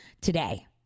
today